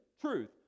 truth